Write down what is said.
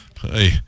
Hey